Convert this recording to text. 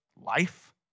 life